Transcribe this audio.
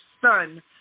Son